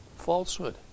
falsehood